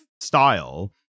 style